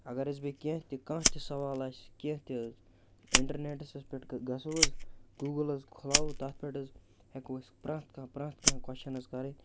اگر حظ بیٚیہِ کیٚنٛہہ تہِ کانٛہہ تہِ سوال آسہِ کیٚنٛہہ تہِ حظ اِنٹَرنٮ۪ٹَس حظ پٮ۪ٹھ گژھو حظ گوٗگٕل حظ کھُلاوو تَتھ پٮ۪ٹھ حظ ہٮ۪کو أسۍ پرٛٮ۪تھ کانٛہہ پرٛٮ۪تھ کانٛہہ کۄچھَن حظ کَرٕنۍ